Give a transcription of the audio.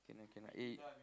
cannot cannot eh